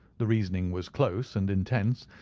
the reasoning was close and intense,